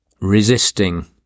resisting